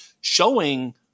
showing